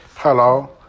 Hello